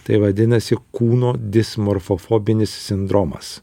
tai vadinasi kūno dismurfofobinis sindromas